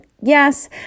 Yes